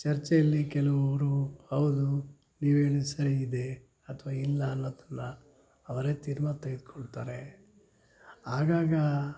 ಚರ್ಚೆಯಲ್ಲಿ ಕೆಲವರು ಹೌದು ನೀವು ಹೇಳಿದ್ ಸರಿ ಇದೆ ಅಥ್ವ ಇಲ್ಲ ಅನ್ನೊದನ್ನು ಅವರೇ ತೀರ್ಮಾನ ತೆಗೆದುಕೊಳ್ತಾರೆ ಆಗಾಗ